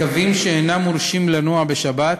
לקווים שאינם מורשים לנוע בשבת